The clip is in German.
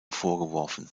vorgeworfen